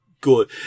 good